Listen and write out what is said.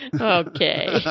Okay